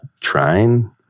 trying